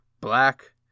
Black